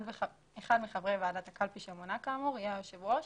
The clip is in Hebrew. אחד מחברי ועדת הקלפי שמונה כאמור יהיה היושב ראש.